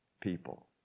people